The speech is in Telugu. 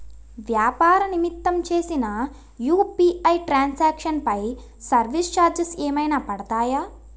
వ్యాపార నిమిత్తం చేసిన యు.పి.ఐ ట్రాన్ సాంక్షన్ పై సర్వీస్ చార్జెస్ ఏమైనా పడతాయా?